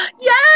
Yes